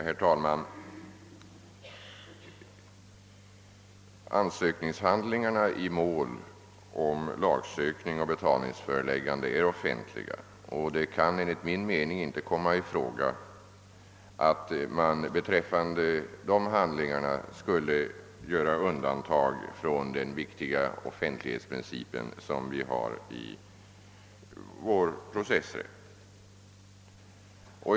Herr talman! Ansökningshandlingarna i mål om lagsökning och betalningsföreläggande är offentliga, och det kan enligt min mening inte komma i fråga att man beträffande dessa handlingar skulle göra undantag från den viktiga offentlighetsprincip som vi har i vår processrätt.